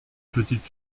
petite